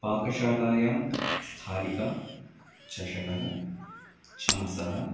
पाकशालायां स्थालिका चषकः चमसः